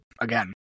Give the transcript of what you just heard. again